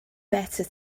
better